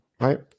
right